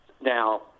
Now